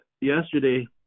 yesterday